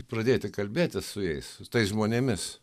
pradėti kalbėtis su jais su tais žmonėmis